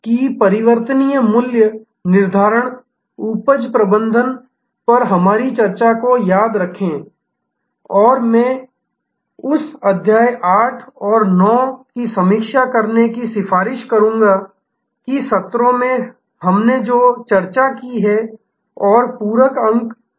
कि परिवर्तनीय मूल्य निर्धारण उपज प्रबंधन पर हमारी चर्चा को याद रखें और मैं उस अध्याय 8 और 9 की समीक्षा करने की सिफारिश करूँगा कि सत्रों में हमने जो चर्चा की है और पूरक अंक क्या हैं